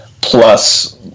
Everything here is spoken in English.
plus